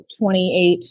28